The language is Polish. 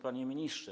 Panie Ministrze!